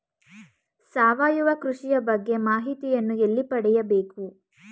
ಸಾವಯವ ಕೃಷಿಯ ಬಗ್ಗೆ ಮಾಹಿತಿಯನ್ನು ಎಲ್ಲಿ ಪಡೆಯಬೇಕು?